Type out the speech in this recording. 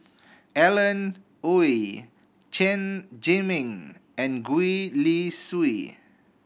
Alan Oei Chen Zhiming and Gwee Li Sui